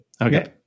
Okay